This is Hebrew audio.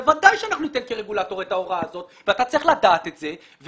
בוודאי שאנחנו כרגולטור ניתן את ההוראה הזאת ואתה צריך לדעת את זה.